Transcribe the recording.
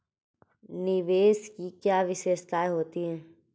निवेश की क्या विशेषता होती है?